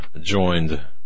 joined